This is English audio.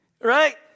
Right